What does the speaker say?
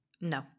No